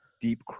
deep